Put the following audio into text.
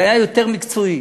זה היה יותר מקצועי.